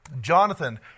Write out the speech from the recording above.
Jonathan